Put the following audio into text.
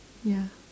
ya